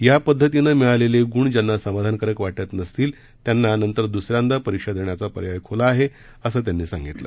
या पद्धतीनं मिळालेले गुण ज्यांना समाधानकारक वाटत नसतील त्यांना नंतर द्सऱ्यांदा परीक्षा देण्याचा पर्याय ख्ला आहे असं त्यांनी सांगितलं